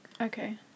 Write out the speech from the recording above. Okay